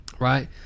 right